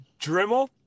Dremel